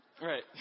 right